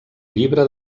llibre